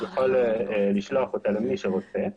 נוכל לשלוח אותה למי שרוצה.